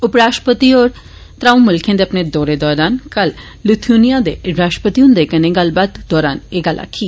उपराष्ट्रपति होरें त्रौं मुल्खें दे अपने दौरे दौरान कल लिथूआनिया दे राष्ट्रपति हुंदे कन्नै गल्लबात दौरान एह् गल्ल आखी